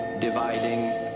Dividing